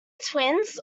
twins